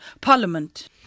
Parliament